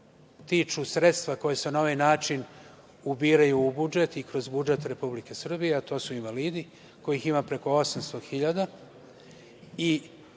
tiču sredstava koja se na ovaj način ubiraju u budžet i kroz budžet Republike Srbije, a to su invalidi, kojih ima preko 800.000